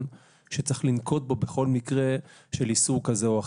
שצריך לנקוט בו בכל מקרה של איסור כזה או אחר.